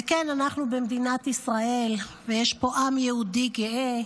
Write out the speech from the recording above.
וכן, אנחנו במדינת ישראל, ויש פה עם יהודי גאה,